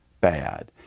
bad